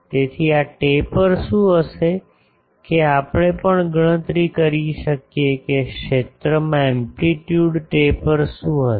તેથી આ ટેપર શું હશે કે આપણે પણ ગણતરી કરી શકીએ કે ક્ષેત્રમાં એમ્પલીટ્યુડ ટેપર શું હશે